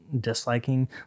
disliking